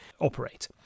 operate